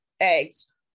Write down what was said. Eggs